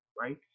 Right